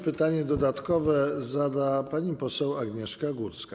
Pytanie dodatkowe zada pani poseł Agnieszka Górska.